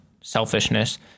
selfishness